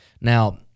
Now